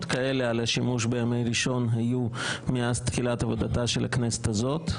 כאלה על השימוש בימי ראשון היו מאז תחילת הכנסת הזאת,